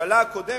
הממשלה הקודמת,